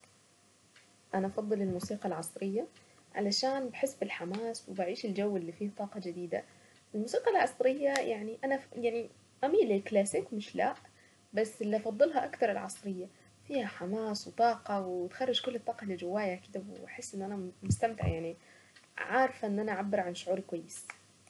انا افضل الموسيقى العشوائية علشان بحس بالحماس وبعيش الجو اللي فيه طاقة جديدة. الموسيقى العصرية يعني انا يعني اميل للكلاسيك مش لأ بس اللي فضلها اكتر العصرية فيها حماس وطاقة وتخرج كل الطاقة اللي جوايا واحس ان انا مستمتعة يعني عارفة ان انا اعبر شعور كويس.